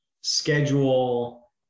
schedule